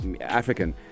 African